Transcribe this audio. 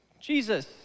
Jesus